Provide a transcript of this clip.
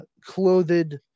clothed